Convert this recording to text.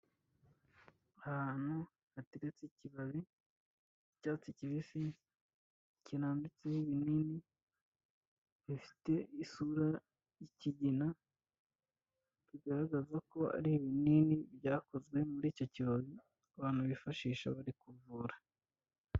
Ahantu hateretse ikibabi icyatsi kibisi kiramditseho ibinini bifite isura' ikigina bigaragaza ko ari ibinini byakozwe muri icyo kiro abantu bifashisha bari kuvura.